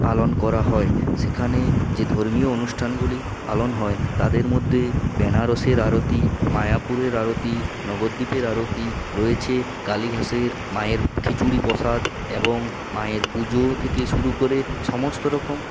পালন করা হয় সেখানে যে ধর্মীয় অনুষ্ঠানগুলি পালন হয় তাদের মধ্যে বেনারসের আরতি মায়াপুরের আরতি নবদ্বীপের আরতি রয়েছে কালীঘাটের মায়ের খিচুড়ি পসাদ এবং মায়ের পুজো থেকে শুরু করে সমস্ত রকম